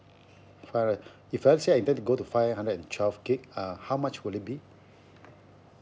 five right if I let's see I intend to go to five hundred and twelve gig uh how much will it be